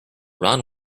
ron